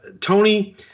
Tony